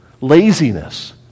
laziness